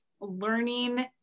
learning